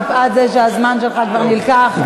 מפאת זה שהזמן שלך כבר נלקח,